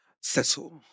settle